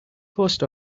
post